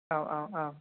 औ औ औ